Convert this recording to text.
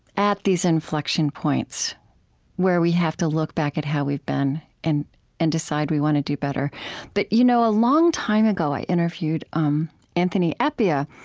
at these inflection points where we have to look back at how we've been and and decide we want to do better but you know a long time ago, i interviewed um anthony appiah,